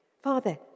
Father